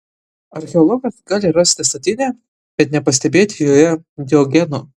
archeologas gali rasti statinę bet nepastebėti joje diogeno